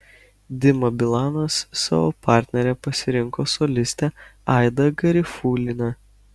dima bilanas savo partnere pasirinko solistę aidą garifuliną